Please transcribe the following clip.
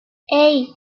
hey